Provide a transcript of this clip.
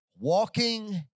walking